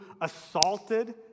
assaulted